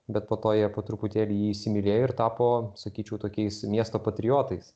bet po to jie po truputėlį jį įsimylėjo ir tapo sakyčiau tokiais miesto patriotais